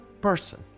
person